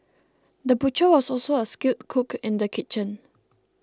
the butcher was also a skilled cook in the kitchen